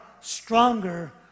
stronger